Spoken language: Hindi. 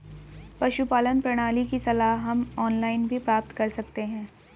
पशुपालन प्रणाली की सलाह हम ऑनलाइन भी प्राप्त कर सकते हैं